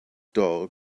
dog